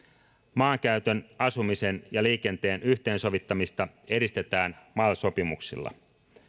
maankäytön asumisen ja liikenteen yhteensovittamista edistetään mal sopimuksilla